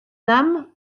nam